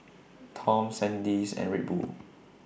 Toms Sandisk and Red Bull